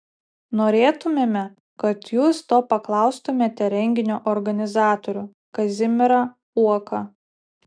norėtumėme kad jūs to paklaustumėte renginio organizatorių kazimierą uoką